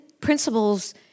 principles